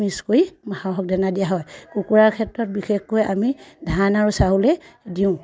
mix কৰি হাঁহক দানা দিয়া হয় কুকুৰাৰ ক্ষেত্ৰত বিশেষকৈ আমি ধান আৰু চাউলে দিওঁ